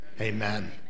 Amen